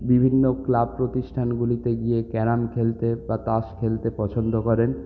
বিভিন্ন ক্লাব প্রতিষ্ঠানগুলিতে গিয়ে ক্যারাম খেলতে বা তাস খেলতে পছন্দ করেন